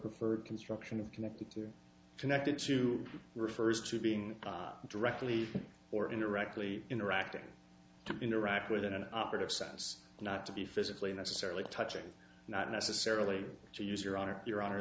preferred construction of connecting to connected to refers to being directly or indirectly interacting to interact with in an operative sense not to be physically necessarily touching not necessarily to use your honor your hon